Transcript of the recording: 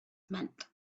meant